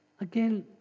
Again